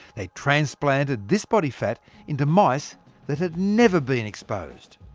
they transplanted this body fat into mice that had never been exposed.